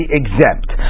exempt